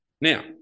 Now